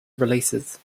releases